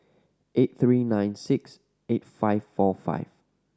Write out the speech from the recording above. eight three nine six eight five four five